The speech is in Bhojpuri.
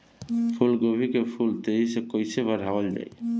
फूल गोभी के फूल तेजी से कइसे बढ़ावल जाई?